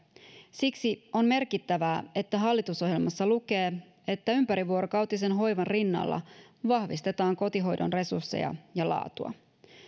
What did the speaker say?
siksi on merkittävää että hallitusohjelmassa lukee että ympärivuorokautisen hoivan rinnalla vahvistetaan kotihoidon resursseja ja laatua